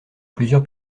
plusieurs